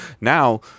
Now